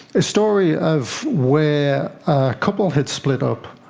a story of where a couple had split up,